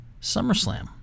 SummerSlam